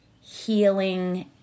healing